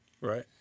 Right